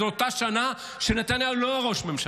זו אותה שנה שנתניהו לא היה ראש ממשלה,